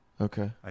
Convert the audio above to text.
Okay